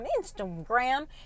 Instagram